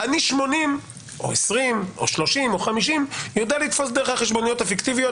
אני 80 או 20 או 30 או 50 יודע לתפוס דרך החשבוניות הפיקטיביות